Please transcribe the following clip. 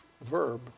verb